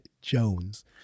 Jones